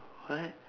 what